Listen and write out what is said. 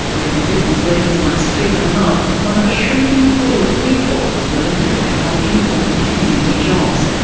leaving business leaders like stephen love one of a shrinking pool of people willing to take on important community jobs.